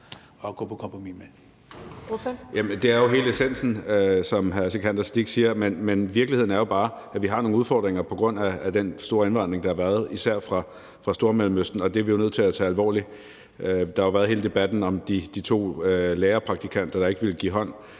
at gå på kompromis med